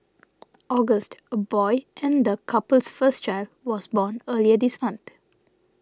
August a boy and the couple's first child was born earlier this month